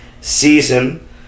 season